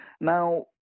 Now